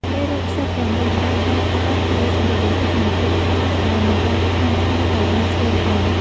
មេរោគផ្សិតទាំងនេះអាចកើតឡើងលើសម្លៀកបំពាក់ និងពូក ខ្នើយ ដែលមិនបានហាលថ្ងៃឱ្យបានស្ងួតល្អ។